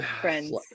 friends